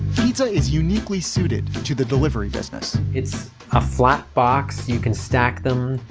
pizza is uniquely suited to the delivery business. it's a flat box. you can stack them,